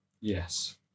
Yes